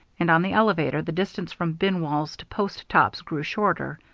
and on the elevator the distance from bin walls to post-tops grew shorter.